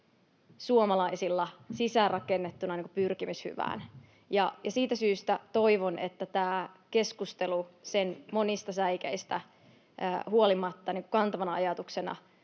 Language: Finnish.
suomalaisilla on sisäänrakennettuna pyrkimys hyvään. Ja siitä syystä toivon, että tämä keskustelu sen monista säikeistä huolimatta kantavana ajatuksenaan